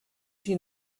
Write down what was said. she